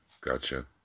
Gotcha